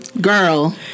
Girl